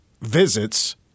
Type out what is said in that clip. visits